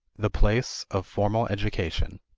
the place of formal education.